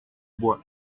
bois